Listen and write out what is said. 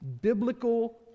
biblical